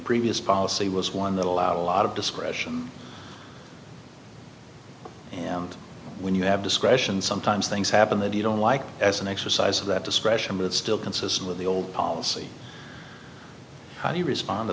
previous policy was one that allowed a lot of discretion and when you have discretion some things happen that you don't like as an exercise of that discretion but it's still consistent with the old policy how do you respond to